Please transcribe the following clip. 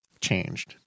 changed